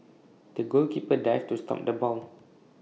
the goalkeeper dived to stop the ball